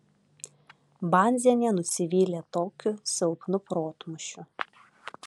banzienė nusivylė tokiu silpnu protmūšiu